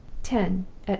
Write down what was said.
ten,